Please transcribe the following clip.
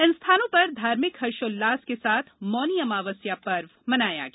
इन स्थानों पर धार्मिक हर्षोल्लास के साथ मौनी अमावस्या पर्व मनाया गया